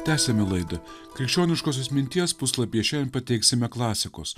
tęsiame laidą krikščioniškosios minties puslapyje šiandien pateiksime klasikos